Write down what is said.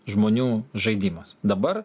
žmonių žaidimas dabar